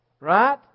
Right